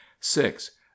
six